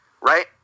right